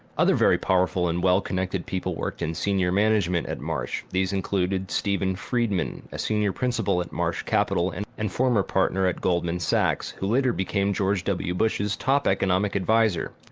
other very powerful and well-connected people worked in senior management at marsh. these included stephen friedman, a senior principal at marsh capital and and former partner at goldmann sachs who later became george w. bush's top economic adviser.